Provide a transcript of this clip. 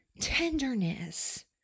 tenderness